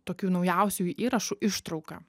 tokių naujausių įrašų ištrauka